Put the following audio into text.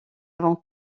avant